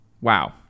Wow